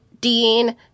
Dean